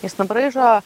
jis nubraižo